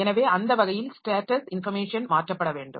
எனவே அந்த வகையில் ஸ்டேட்டஸ் இன்ஃபர்மேஷன் மாற்றப்பட வேண்டும்